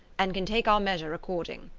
and can take our measure according.